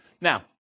Now